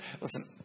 listen